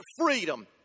freedom